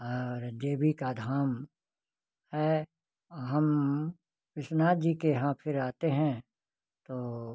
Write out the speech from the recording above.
और देवी का धाम है हम विश्वनाथ जी के यहाँ फिर आते हैं